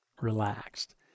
relaxed